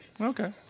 Okay